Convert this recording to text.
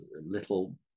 little